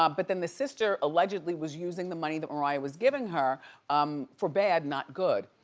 um but then the sister allegedly was using the money that mariah was giving her um for bad, not good.